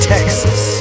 Texas